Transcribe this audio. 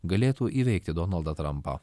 galėtų įveikti donaldą trampą